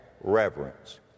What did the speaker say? reverence